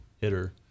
hitter